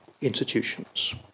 institutions